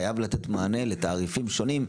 חייב לתת מענה לתעריפים שונים.